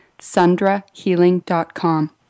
sundrahealing.com